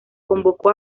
convocó